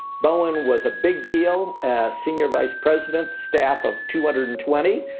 bowen was a big deal, a senior vice president, staff of two hundred and twenty.